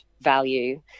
value